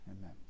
Amen